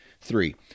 three